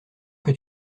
que